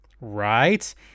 Right